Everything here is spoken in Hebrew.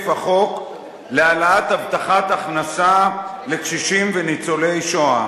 החוק להעלאת הבטחת הכנסה לקשישים וניצולי שואה.